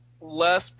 less